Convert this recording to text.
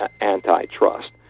antitrust